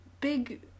big